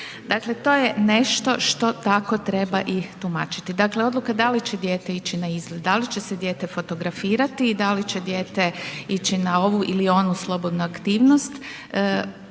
Dakle, to je nešto što tako treba i tumačiti, dakle odluka da li će dijete ići na izlet, da li će se dijete fotografirati i da li će dijete ići na ovu ili onu slobodnu aktivnost,